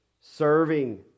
serving